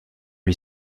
lui